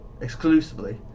exclusively